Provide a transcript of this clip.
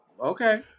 Okay